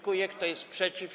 Kto jest przeciw?